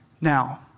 Now